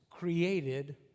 created